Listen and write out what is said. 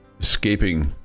escaping